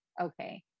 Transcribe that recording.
Okay